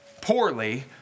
poorly